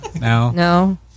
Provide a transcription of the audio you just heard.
no